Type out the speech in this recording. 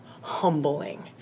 humbling